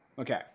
Okay